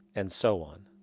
and so on.